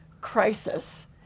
crisis